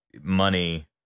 money